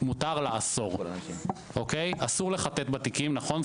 מותר לאסור, אסור לחטט בתיקים, נכון?